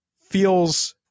feels